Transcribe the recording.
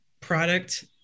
product